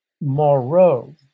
Moreau